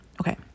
Okay